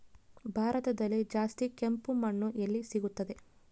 ಭಾರತದಲ್ಲಿ ಜಾಸ್ತಿ ಕೆಂಪು ಮಣ್ಣು ಎಲ್ಲಿ ಸಿಗುತ್ತದೆ?